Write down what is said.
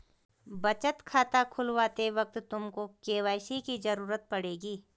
बचत खाता खुलवाते वक्त तुमको के.वाई.सी की ज़रूरत पड़ेगी